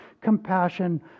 compassion